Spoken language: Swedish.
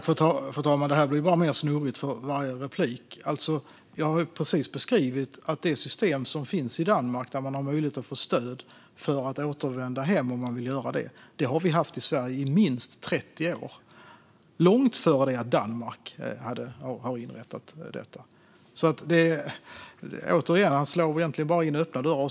Fru talman! Det här blir bara mer snurrigt för varje replik. Jag har precis beskrivit att vi i Sverige har haft det system som finns i Danmark, där man har möjlighet att få stöd för att återvända hem om man vill göra det, i minst 30 år. Vi hade det långt innan Danmark inrättade detta. Jonas Andersson slår, återigen, egentligen bara in öppna dörrar.